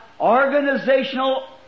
organizational